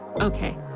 Okay